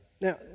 Now